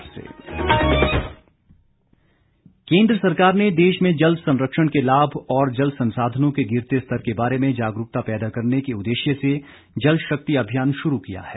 जल संरक्षण केंद्र सरकार ने देश में जल संरक्षण के लाभ और जल संसाधनों के गिरते स्तर के बारे में जागरूकता पैदा करने के उद्देश्य से जल शक्ति अभियान शुरू किया है